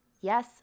Yes